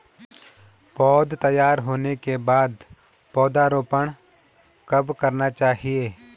पौध तैयार होने के बाद पौधा रोपण कब करना चाहिए?